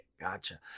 Gotcha